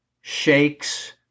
shakes